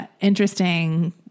interesting